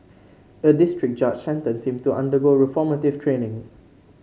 a district judge sentenced him to undergo reformative training